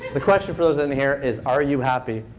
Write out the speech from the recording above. the question for those in here is, are you happy?